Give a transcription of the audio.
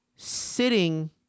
sitting